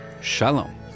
Shalom